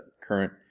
current